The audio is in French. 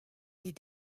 les